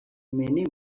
many